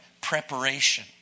preparation